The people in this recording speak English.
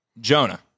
Jonah